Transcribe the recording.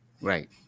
Right